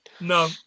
No